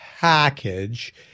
package